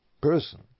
person